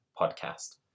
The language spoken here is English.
Podcast